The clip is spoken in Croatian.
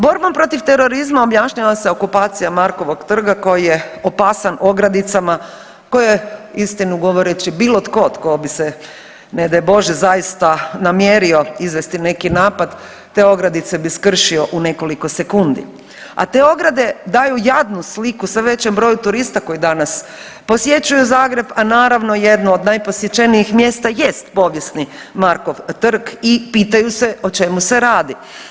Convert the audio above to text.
Borbom protiv terorizma objašnjava se okupacija Markovog trga koji je opasan ogradicama koje istinu govoreći bilo tko tko bi se ne daj Bože zaista namjerio izvesti neki napad, te ogradice bi skršio u nekoliko sekundi, a te ograde daju jadnu sliku sve većem broju turista koji danas posjećuju Zagreb, a naravno jednu od najposjećenijih mjesta jest povijesni Markov trg i pitaju se o čemu se radi.